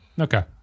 Okay